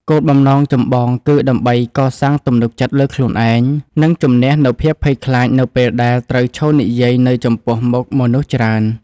គោលបំណងចម្បងគឺដើម្បីកសាងទំនុកចិត្តលើខ្លួនឯង និងជម្នះនូវភាពភ័យខ្លាចនៅពេលដែលត្រូវឈរនិយាយនៅចំពោះមុខមនុស្សច្រើន។